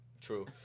true